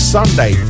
Sunday